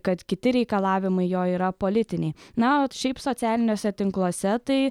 kad kiti reikalavimai jo yra politiniai na o šiaip socialiniuose tinkluose tai